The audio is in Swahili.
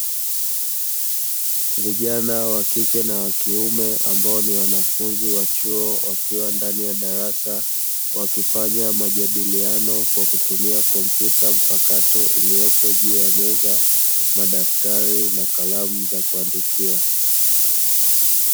Vijana wa kike na wakiume ambao ni wanafunzi wa chuo wakiwa ndani ya darasa wakifanya majadiliano kwa kutumia kompyuta mpakato iliyopo juu ya meza, madaftari, na kalamu za kuandikia.